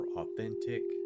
authentic